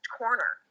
corner